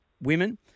women